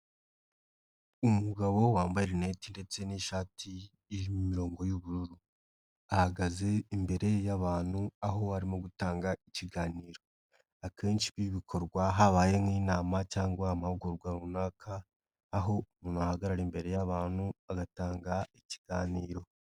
Umugabo wambaye rineti ndetse n'ishati irimo imirongo y'ubururu ahagaze imbere y'abantu aho arimo gutanga ikiganiro, akenshi ibi bikorwa habaye nk'inama cyangwa amahugurwa runaka aho umuntu ahagarara imbere y'abantu agatanga ikiganiro.